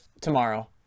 tomorrow